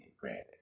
Granted